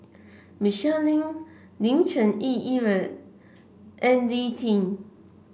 Michelle Lim Lim Cherng Yih and Lee Tjin